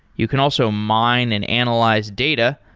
you can also mine and analyze data,